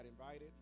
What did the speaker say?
invited